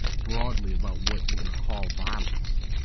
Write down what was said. broadly about what we're going to call violence.